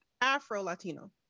Afro-Latino